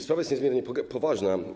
Sprawa jest niezmiernie poważna.